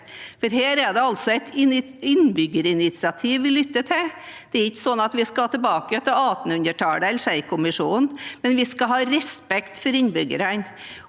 For her er det altså et innbyggerinitiativ vi lytter til. Det er ikke sånn at vi skal tilbake til 1800-tallet eller til Schei-komiteen, men vi skal ha respekt for innbyggerne.